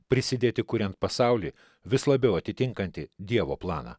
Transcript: prisidėti kuriant pasaulį vis labiau atitinkantį dievo planą